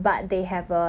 okay